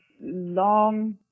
long